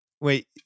wait